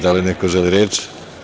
Da li neko želi reč?